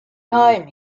time